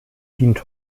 dient